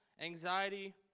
anxiety